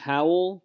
Howell